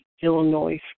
Illinois